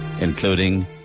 Including